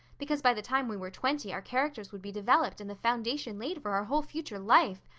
because by the time we were twenty our characters would be developed and the foundation laid for our whole future life.